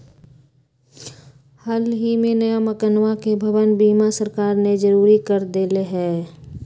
हल ही में नया मकनवा के भवन बीमा सरकार ने जरुरी कर देले है